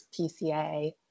PCA